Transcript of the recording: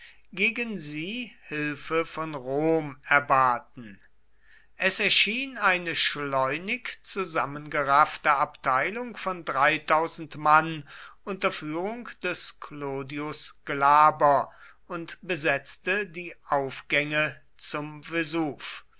gegen sie hilfe von rom erbaten es erschien eine schleunig zusammengeraffte abteilung von mann unter führung des clodius glaber und besetzte die aufgänge zum vesuv